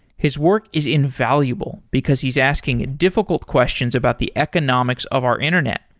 his work is invaluable, because he's asking difficult questions about the economics of our internet.